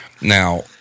Now